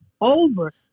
over